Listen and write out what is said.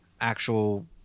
actual